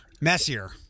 Messier